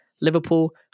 Liverpool